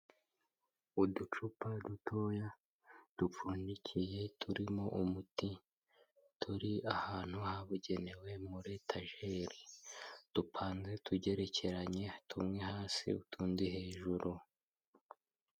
Uducupa dutoya dupfundikiye turimo umuti, turi ahantu habugenewe muri etajeri, dupanze tugerekeranye tumwe hasi utundi hejuru.